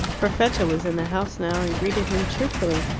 perfetta was in the house now, and greeted him cheerfully.